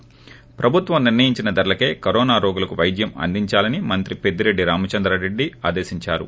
ి ప్రభుత్వం నిర్ణయించిన ధరలకే కరోనా రోగులకు వైద్యం అందించాలని మంత్రి పెద్దిరెడ్డి రామచంద్రా రెడ్లి ఆదేశించారు